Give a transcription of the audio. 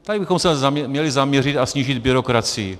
Tady bychom se měli zaměřit a snížit byrokracii.